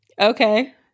Okay